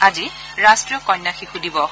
আজি ৰাষ্ট্ৰীয় কন্যা শিশু দিৱস